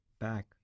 back